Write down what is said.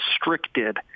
restricted